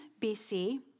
BC